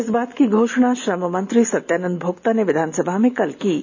इस बात की घोषणा श्रम मंत्री सत्यानंद भोक्ता ने विधानसभा में कल की है